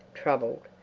troubled.